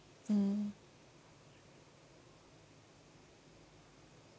mm